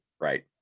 Right